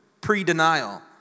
pre-denial